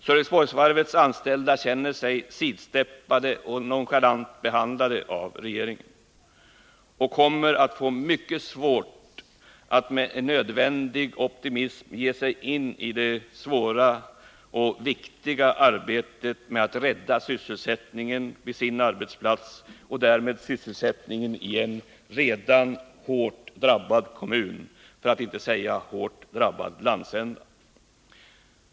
Sölvesborgsvarvets anställda känner sig sidsteppade och nonchalant behandlade av regeringen och kommer att få mycket svårt att med nödvändig optimism ge sig in i det svåra och viktiga arbetet med att rädda sysselsättningen vid sin arbetsplats och därmed sysselsättningen i en redan hårt drabbad kommun för att inte säga hårt drabbad landsända.